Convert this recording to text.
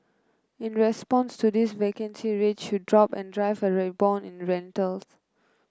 in response to this vacancy rates should drop and drive a rebound in rentals